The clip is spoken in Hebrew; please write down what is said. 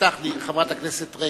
סלח לי, חברת הכנסת רגב.